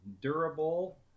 durable